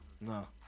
No